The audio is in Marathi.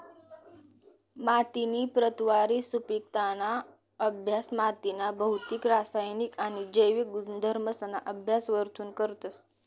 मातीनी प्रतवारी, सुपिकताना अभ्यास मातीना भौतिक, रासायनिक आणि जैविक गुणधर्मसना अभ्यास वरथून करतस